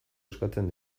eskatzen